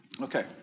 okay